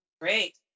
Great